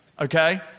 Okay